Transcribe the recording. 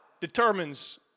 determines